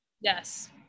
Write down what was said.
Yes